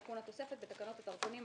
תקנה 1 תיקון התוספת "בתקנות הדרכונים,